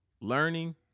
learning